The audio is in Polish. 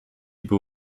był